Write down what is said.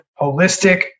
holistic